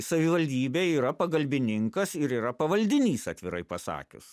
savivaldybė yra pagalbininkas ir yra pavaldinys atvirai pasakius